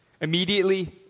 Immediately